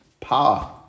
Power